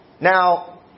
Now